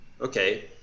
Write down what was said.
Okay